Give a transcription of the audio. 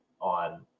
on